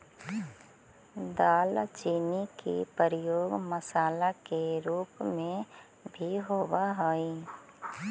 दालचीनी के प्रयोग मसाला के रूप में भी होब हई